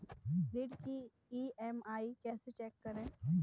ऋण की ई.एम.आई कैसे चेक करें?